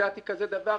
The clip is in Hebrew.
הצעתי כזה דבר,